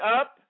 up